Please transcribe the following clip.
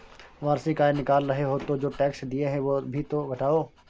वार्षिक आय निकाल रहे हो तो जो टैक्स दिए हैं वो भी तो घटाओ